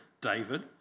David